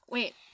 Wait